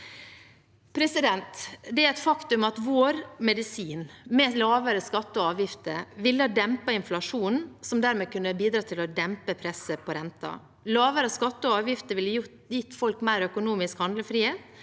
folket. Det er et faktum at vår medisin, med lavere skatter og avgifter, ville ha dempet inflasjonen, som dermed kunne bidratt til å dempe presset på renten. Lavere skatter og avgifter ville gitt folk mer økonomisk handlefrihet,